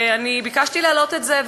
ביקשתי להעלות את זה,